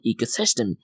ecosystem